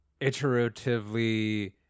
iteratively